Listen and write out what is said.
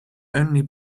only